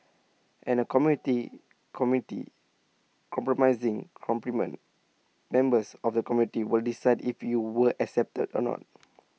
and A community committee compromising compliment members of the community will decide if you were accepted or not